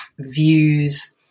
views